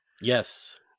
yes